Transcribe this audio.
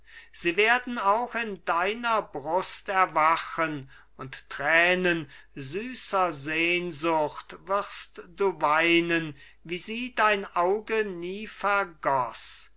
sie werden auch in deiner brust erwachen und tränen süßer sehnsucht wirst du weinen wie sie dein auge nie vergoß